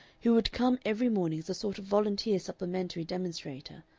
who would come every morning as a sort of volunteer supplementary demonstrator,